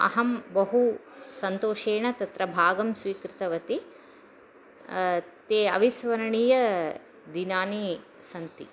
अहं बहु सन्तोषेण तत्र भागं स्वीकृतवती तानि अविस्मरणीयदिनानि सन्ति